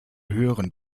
höheren